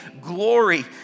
glory